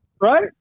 Right